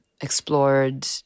explored